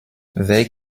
they